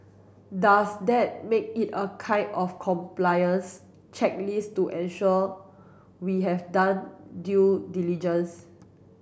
does that make it a kind of compliance checklist to ensure we have done due diligence